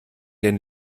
den